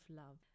love